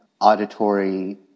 Auditory